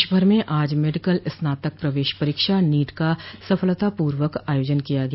देशभर में आज मेडिकल स्नातक प्रवेश परीक्षा नीट का सफलतापूर्वक आयोजन किया गया